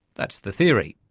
that's the theory.